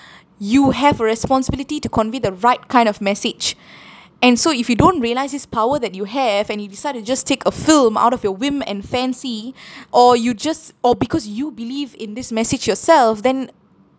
you have a responsibility to convey the right kind of message and so if you don't realise this power that you have and you decide to just take a film out of your whim and fancy or you just or because you believe in this message yourself then